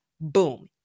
Boom